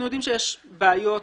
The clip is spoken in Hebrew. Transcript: שיש בעיות.